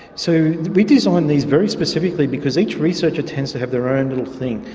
so, we designed these very specifically because each researcher tends to have their own little thing,